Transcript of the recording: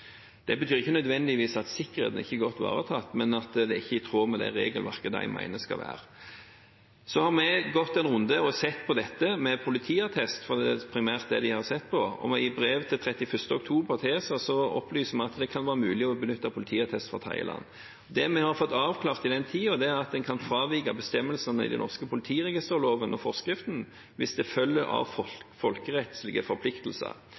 Det betyr ikke nødvendigvis at sikkerheten ikke er godt ivaretatt, men at den ikke er i tråd med det regelverket de mener skal være. Så har vi gått en runde og sett på dette med politiattest, for det er primært det de har sett på, og i brev av 31. oktober til ESA opplyser vi at det kan være mulig å benytte politiattest fra tredjeland. Det vi har fått avklart i denne tiden, er at en kan fravike bestemmelsene i den norske politiregisterloven og forskriften hvis det følger av folkerettslige forpliktelser.